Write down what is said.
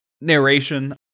narration